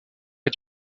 est